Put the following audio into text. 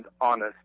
honest